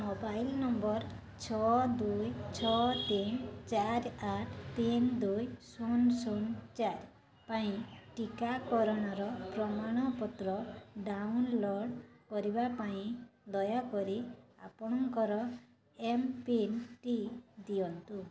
mobile number ଛଅ ଦୁଇ ଛଅ ତିନି ଚାରି ଆଠି ତିନି ଦୁଇ ଶୂନ ଶୂନ ଚାରି ପାଇଁ ଟିକାକରଣର ପ୍ରମାଣପତ୍ର ଡ଼ାଉନଲୋଡ଼୍ କରିବା ପାଇଁ ଦୟାକରି ଆପଣଙ୍କର ଏମ୍ପିନ୍ଟି ଦିଅନ୍ତୁ